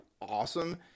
awesome